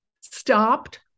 stopped